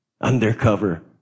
undercover